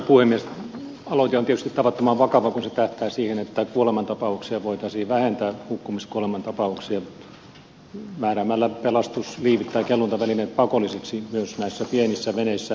aloite on tietysti tavattoman vakava kun se tähtää siihen että hukkumiskuolemantapauksia voitaisiin vähentää määräämällä pelastusliivit tai kelluntavälineet pakollisiksi myös näissä pienissä veneissä